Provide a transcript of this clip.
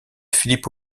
philippe